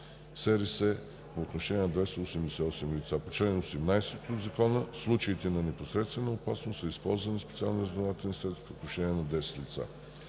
средства по отношение на 288 лица. По чл. 18 от ЗСРС в случаите на непосредствена опасност са използвани специални разузнавателни средства по отношение на 10 лица.